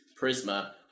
Prisma